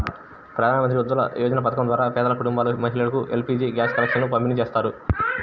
ప్రధాన్ మంత్రి ఉజ్వల యోజన పథకం ద్వారా పేద కుటుంబాల మహిళలకు ఎల్.పీ.జీ గ్యాస్ కనెక్షన్లను పంపిణీ చేస్తారు